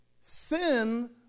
Sin